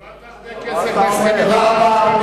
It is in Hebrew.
קיבלת הרבה כסף בהסכם הקואליציוני,